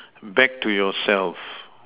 back to yourself